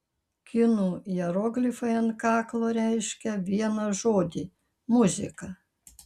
kinų hieroglifai ant kaklo reiškia vieną žodį muzika